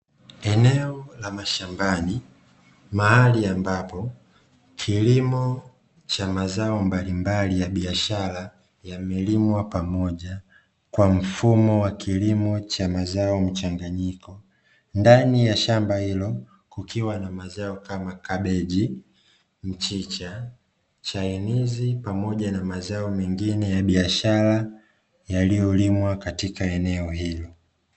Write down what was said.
Eneo la mashambani, mahali ambapo kilimo cha mazao mbalimbali ya biashara yamelimwa pamoja kwa mfumo wa kilimo cha mazao mchanganyiko. Ndani ya shamba hilo kukiwa na mazao kama kabeji, mchicha, chainizi, pamoja na mazao mengine ya biashara yaliyolimwa katika eneo hilo.